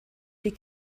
die